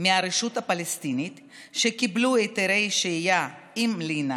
מהרשות הפלסטינית שקיבלו היתרי שהייה עם לינה